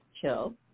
chill